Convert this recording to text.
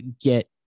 get